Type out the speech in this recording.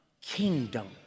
kingdom